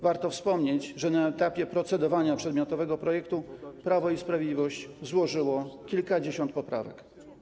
Warto wspomnieć, że na etapie procedowania przedmiotowego projektu Prawo i Sprawiedliwość złożyło kilkadziesiąt poprawek.